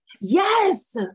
Yes